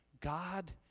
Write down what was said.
God